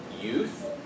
youth